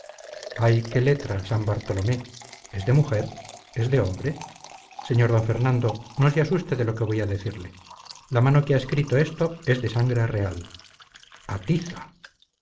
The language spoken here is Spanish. ay qué letra san bartolomé es de mujer es de hombre sr d fernando no se asuste de lo que voy a decirle la mano que ha escrito esto es de sangre real atiza